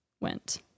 went